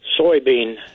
Soybean